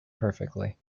perfectly